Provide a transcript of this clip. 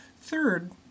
Third